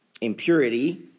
impurity